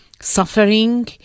suffering